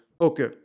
Okay